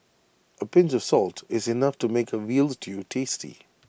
A pinch of salt is enough to make A Veal Stew tasty